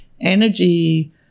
energy